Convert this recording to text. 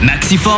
MaxiForm